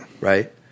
right